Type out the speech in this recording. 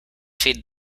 feed